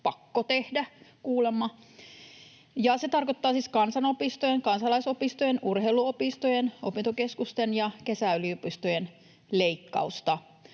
pakko tehdä. Se tarkoittaa siis kansanopistojen, kansalaisopistojen, urheiluopistojen, opintokeskusten ja kesäyliopistojen leikkausta.